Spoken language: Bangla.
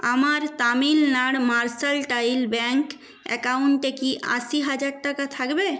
আমার তামিলনাড় মার্সেন্টাইল ব্যাঙ্ক অ্যাকাউন্টে কি আশি হাজার টাকা থাকবে